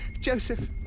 Joseph